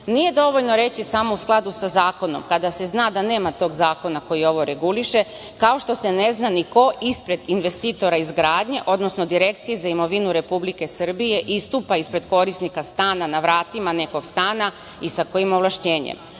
Nije dovoljno reći samo u skladu sa zakonom kada se zna da nema tog zakona koji ovo reguliše, kao što se ne zna ni ko ispred investitora izgradnje, odnosno Direkcije za imovinu Republike Srbije istupa ispred korisnika stana na vratima nekog stana i sa kojim ovlašćenjem.